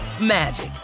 magic